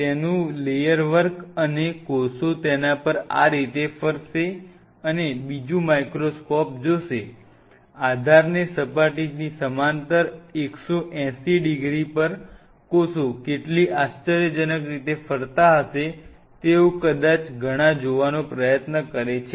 તેનું layer work અને કોષો તેના પર આ રીતે ફરશે અને બીજું માઇક્રોસ્કોપ જોશે આધારને સપાટીની સમાંતર 180 ડિગ્રી પર કોષો કેટલી આશ્ચર્યજનક રીતે ફરતા હશે તેઓ કદાચ ઘણા જોવાનો પ્રયત્ન કરે છે